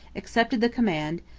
accepted the command,